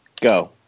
go